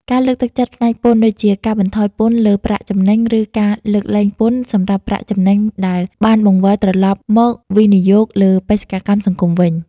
ការលើកទឹកចិត្តផ្នែកពន្ធដូចជាការបន្ថយពន្ធលើប្រាក់ចំណេញ ឬការលើកលែងពន្ធសម្រាប់ប្រាក់ចំណេញដែលបានបង្វិលត្រឡប់មកវិនិយោគលើបេសកកម្មសង្គមវិញ។